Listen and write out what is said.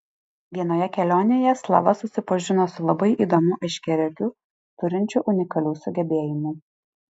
vienoje kelionėje slava susipažino su labai įdomiu aiškiaregiu turinčiu unikalių sugebėjimų